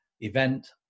event